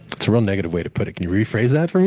that's a real negative way to put it. can you rephrase that